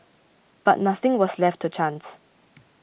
but nothing was left to chance